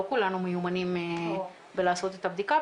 לא כולנו מיומנים בלעשות את הבדיקה,